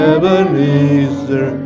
Ebenezer